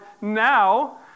now